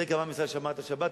תראה כמה עם ישראל שמר את השבת,